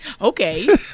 Okay